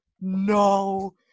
no